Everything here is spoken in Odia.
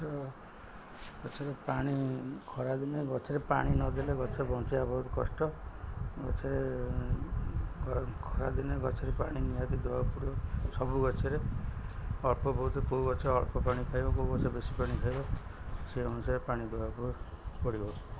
ଗଛରେ ପାଣି ଖରାଦିନେ ଗଛରେ ପାଣି ନଦେଲେ ଗଛ ବଞ୍ଚାଇବା ବହୁତ କଷ୍ଟ ଗଛରେ ଖରାଦିନେ ଗଛରେ ପାଣି ନିହାତି ଦେବାକୁ ପଡ଼ିବ ସବୁ ଗଛରେ ଅଳ୍ପ ବହୁତ କେଉଁ ଗଛ ଅଳ୍ପ ପାଣି ଖାଇବ କେଉଁ ଗଛ ବେଶୀ ପାଣି ଖାଇବ ସେଇ ଅନୁସାରେ ପାଣି ଦେବାକୁ ପଡ଼ିବ